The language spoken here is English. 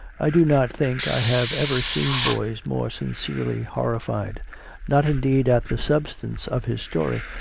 i do not think i have ever seen boys more sincerely horrified not indeed at the substance of his story,